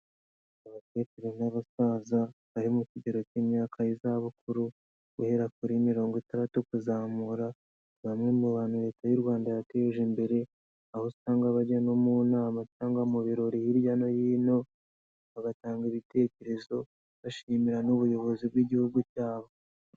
Abakecuru n'abasaza, bari mu kigero cy'imyaka y'izabukuru, guhera kuri mirongo itandatu kuzamura, bamwe mu bantu leta y'u Rwanda yateje imbere, aho usanga bajya no mu nama cyangwa mu birori hirya no hino, bagatanga ibitekerezo, bashimira n'ubuyobozi bw'igihugu cyabo.